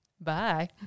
Bye